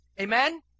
Amen